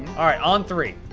alright, on three.